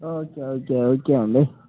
okay okay okay అండి